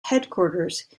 headquarters